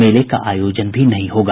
मेले का आयोजन भी नहीं होगा